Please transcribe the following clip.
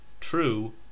true